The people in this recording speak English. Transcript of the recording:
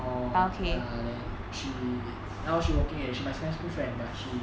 orh ya then she now she working already she's my secondary school friend but she